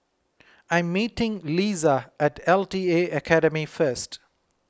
I am meeting Leesa at L T A Academy first